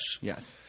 Yes